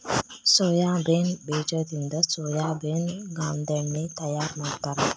soybean ಬೇಜದಿಂದ ಸೋಯಾಬೇನ ಗಾಂದೆಣ್ಣಿ ತಯಾರ ಮಾಡ್ತಾರ